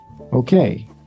Okay